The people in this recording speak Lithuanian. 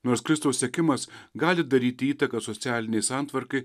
nors kristaus sekimas gali daryti įtaką socialinei santvarkai